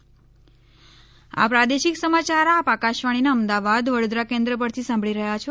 corona સંદેશ આ પ્રાદેશિક સમાચાર આપ આકાશવાણીના અમદાવાદ વડોદરા કેન્દ્ર પરથી સાંભળી રહ્યા છે